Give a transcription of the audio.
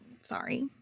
sorry